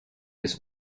his